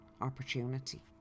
opportunity